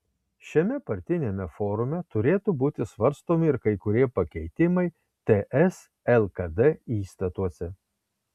šiame partiniame forume turėtų būti svarstomi ir kai kurie pakeitimai ts lkd įstatuose